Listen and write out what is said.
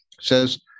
says